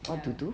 what to do